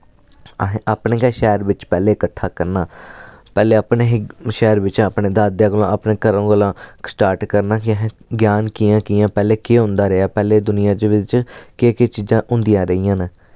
असैं अपने गै शैह्र बिच पैह्ले कट्ठा करना पैह्ले अपने ही शैह्र विच अपने दादे कोला अपने घरे कोला स्टार्ट करना कि असैं ज्ञान कि'यां कि'यां पैह्ले केह् होंदा रेहा पैह्ले दुनिया च बिच केह् केह् चीजां होंदियां रेहियां न